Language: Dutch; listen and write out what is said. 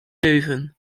leuven